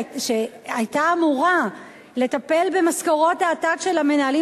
שהיתה אמורה לטפל במשכורות העתק של המנהלים